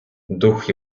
дух